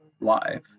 live